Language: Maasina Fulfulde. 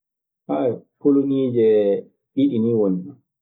poloniiɗe ɗiɗi nii woni ɗo.